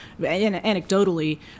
anecdotally